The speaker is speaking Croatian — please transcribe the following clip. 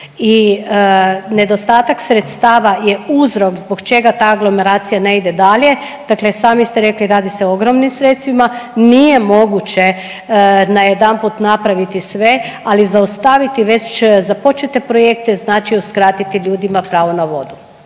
i nedostatak sredstava je uzrok zbog čega ta aglomeracija ne ide dalje, dakle sami ste rekli radi se o ogromnim sredstvima, nije moguće najedanput napraviti sve, ali zaustaviti već započete projekte znači uskratiti ljudima pravo na vodu.